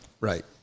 Right